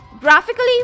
Graphically